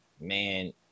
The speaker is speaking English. Man